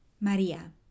María